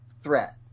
threat